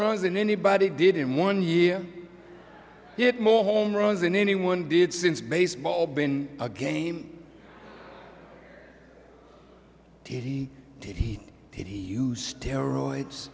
runs than anybody did in one year yet more home runs than anyone did since baseball been a game he did he did he use steroids